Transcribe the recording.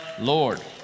Lord